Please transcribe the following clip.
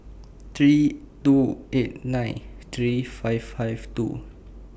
three two eight nine three five five two